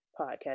podcast